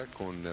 con